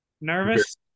Nervous